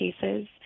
cases